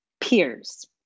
peers